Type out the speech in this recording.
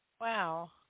Wow